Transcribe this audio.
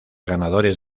ganadores